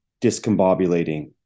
discombobulating